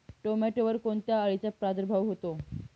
टोमॅटोवर कोणत्या अळीचा प्रादुर्भाव होतो?